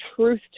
truth